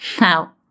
Now